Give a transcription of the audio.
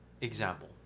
example